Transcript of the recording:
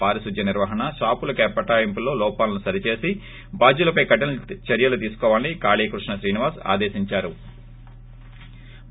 పారిశుధ్య నిర్వహణ షాపుల కేటాయింపులలో లోపాలను సరిచేసి బాద్యులపై కఠిన చర్యలు తీసుకోవాలని కాళీకృష్ణశ్రీనివాస్ ఆదేశించారు